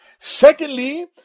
Secondly